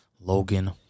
Logan